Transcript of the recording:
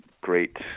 great